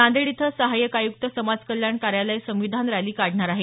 नांदेड इथं सहाय्यक आयुक्त समाज कल्याण कार्यालय संविधान रॅली काढणार आहे